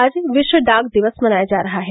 आज विश्व डाक दिवस मनाया जा रहा है